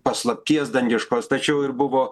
paslapties dangiškos tačiau ir buvo